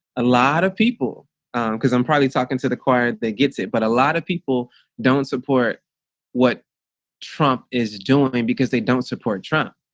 a lot of people because i'm probably talking to the choir that gets it but a lot of people don't support what trump is doing i mean because they don't support trump.